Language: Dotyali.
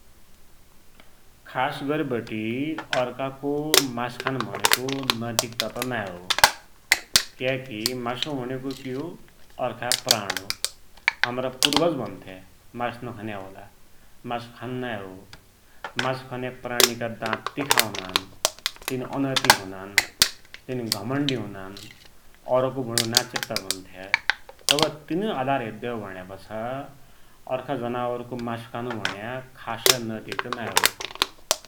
खास गरिबटि त अर्खाको मासु खान भुण्योको नैतिकता त नाइँ हो। क्याकी मासु भुण्यो कि हो अर्खा को प्राण हो। हमरा पुर्बज भुन्थ्या मासु नखन्यावाला मासु खान नाइँ हो मासु खन्या प्राणीका दात तिखा हुनान। तिन अनैतिक हुनान, घमण्डी हुनान। औरको भुण्योको नाइँ चेत्ता भुन्थ्या, तबै तिनुइ आधार हेर्द्द्यौ भुन्यापाछा अर्खा जनावरको मासु खानु नैतिकता त नाइँ हो।